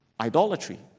idolatry